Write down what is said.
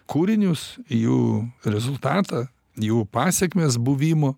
kūrinius jų rezultatą jų pasekmes buvimo